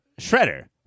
Shredder